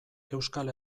euskal